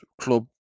club